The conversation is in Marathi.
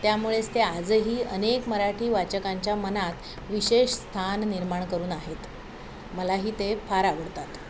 त्यामुळेच ते आजही अनेक मराठी वाचकांच्या मनात विशेष स्थान निर्माण करून आहेत मलाही ते फार आवडतात